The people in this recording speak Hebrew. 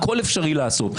הכול אפשרי לעשות.